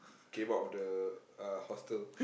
came out of the uh hostel